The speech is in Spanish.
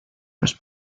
los